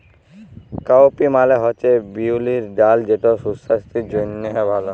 cowpea মালে হছে বিউলির ডাল যেট সুসাস্থের জ্যনহে ভাল